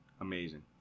amazing